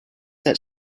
that